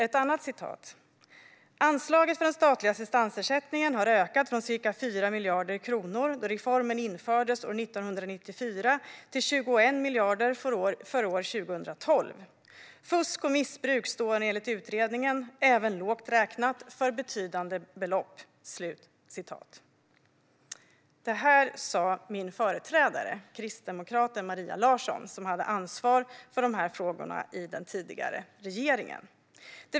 Ett annat citat lyder: "Anslaget för den statliga assistansersättningen har ökat från cirka fyra miljarder kronor då reformen infördes år 1994 till 21 miljarder för år 2012. Fusk och missbruk står enligt utredningen, även lågt räknat, för betydande belopp." Detta sa min företrädare, kristdemokraten Maria Larsson, som hade ansvar för de här frågorna i den tidigare regeringen.